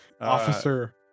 Officer